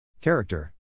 Character